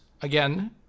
again